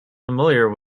familiar